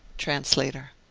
translator.